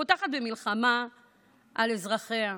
פותחת במלחמה על אזרחיה.